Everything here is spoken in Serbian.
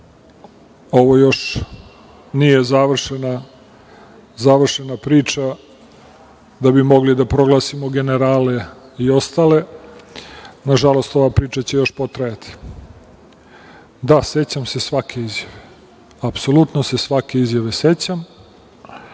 ovo još nije završena priča, da bi mogli da proglasimo generale i ostale, nažalost, ova priča će još potrajati. Da, sećam se svake izjave. Apsolutno se svake izjave sećam